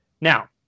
Now